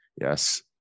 Yes